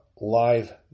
live